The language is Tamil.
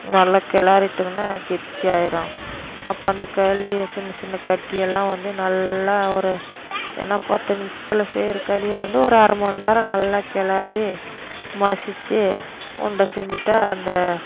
நல்லா கிளறிட்டோன்னா கெட்டி ஆகிரும் அப்போ அந்த களி சின்ன சின்ன கட்டி எல்லாம் வந்து நல்லா ஒரு என்ன பத்து நிமிஷத்துல செய்கிற களி வந்து ஒரு அரை மணி நேரம் நல்லா கிளறி மசித்து உருண்டை செஞ்சுட்டா அந்த